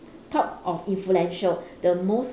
top of influential the most